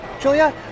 Julia